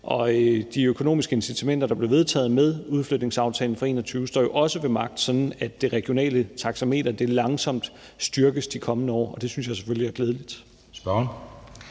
Og de økonomiske incitamenter, der blev vedtaget med udflytningsaftalen fra 2021, står jo også ved magt, så det regionale taxameter langsomt styrkes de kommende år. Det synes jeg selvfølgelig er glædeligt.